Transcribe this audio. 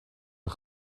een